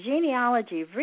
Genealogy